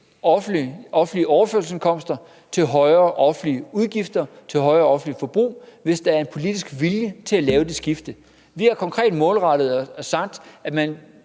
offentlige overførselsindkomster til højere offentlige udgifter og højere offentligt forbrug, hvis der er en politisk vilje til at lave det skifte. Vi har konkret målrettet det og sagt, at vi